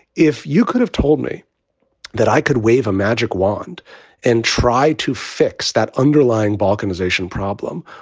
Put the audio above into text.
if you could have told me that i could wave a magic wand and try to fix that underlying balkanization problem,